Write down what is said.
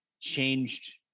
changed